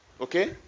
Okay